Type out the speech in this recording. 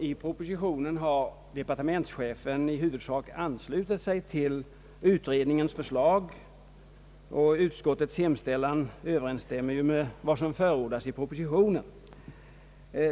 I propositionen har departementschefen 1 huvudsak anslutit sig till utredningens förslag, och utskottets hemställan överensstämmer med vad som förordas i propositionen.